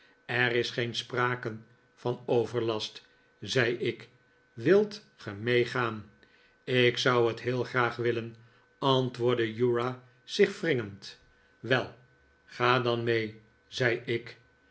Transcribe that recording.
er is geen sprake van overlast zei ik wilt ge meegaan ik zou het heel graag willen antwoordde uriah zich wringend wel ga dan mee zei ik